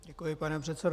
Děkuji, pane předsedo.